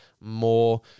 more